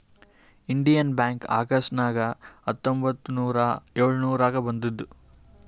Indian Bank August ನಾಗ್ ಹತ್ತೊಂಬತ್ತ್ ನೂರಾ ಎಳುರ್ನಾಗ್ ಬಂದುದ್